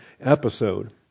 episode